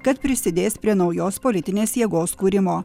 kad prisidės prie naujos politinės jėgos kūrimo